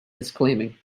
disclaiming